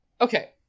okay